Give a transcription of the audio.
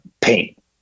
paint